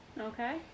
Okay